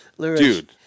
dude